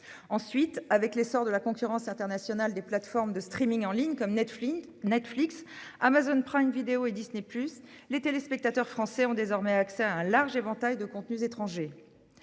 Ensuite, avec l'essor de la concurrence internationale des plateformes de en ligne, comme Netflix, Amazon Prime Video et Disney+, les téléspectateurs français ont désormais accès à un large éventail de contenus étrangers.